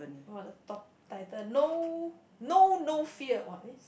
!wah! the talk title know know no fear !wah! risk